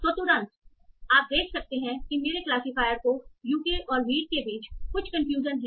तो तुरंत आप देख सकते हैं कि मेरे क्लासिफायरियर को यूके और वीट के बीच कुछ कन्फ्यूजन है